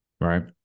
Right